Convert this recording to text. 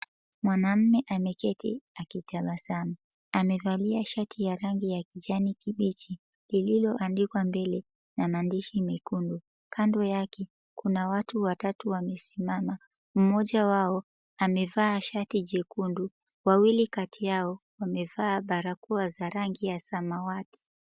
Mwanamume ameketi akitabasamu, amevalia shati ya rangi ya kijani kibichi ililoandikwa mbele na maandishi mekundu, kando yake kuna watu watatu wamesimama, mmoja wao amevaa shati jekundu, wawili kati yao wamevaa barakoa za rangi ya samawati